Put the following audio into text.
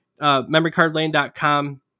memorycardlane.com